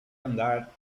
andar